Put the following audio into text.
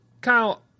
Kyle